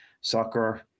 Soccer